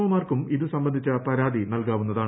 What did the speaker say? O മാർക്കും ഇത് സംബന്ധിച്ച പരാതി നൽകാവുന്നതാണ്